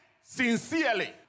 sincerely